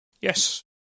Yes